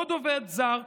עוד עובד זר.